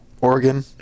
Oregon